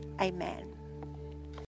Amen